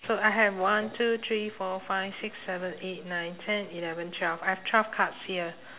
so I have one two three four five six seven eight nine ten eleven twelve I have twelve cards here